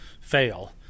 fail